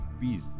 peace